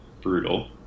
brutal